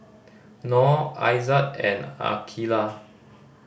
Nor Aizat and Aqeelah